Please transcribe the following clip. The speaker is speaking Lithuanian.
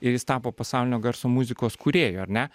ir jis tapo pasaulinio garso muzikos kūrėju ar ne